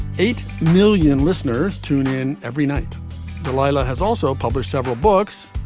eight million listeners tune in every night delilah has also published several books.